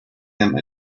them